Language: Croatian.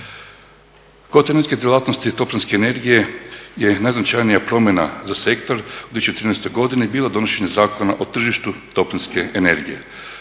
Kod energetske djelatnosti toplinske energije je najznačajnija promjena za sektor u 2014. godini bilo donošenje Zakona o tržištu toplinske energije.